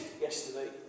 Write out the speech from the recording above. yesterday